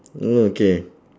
mm okay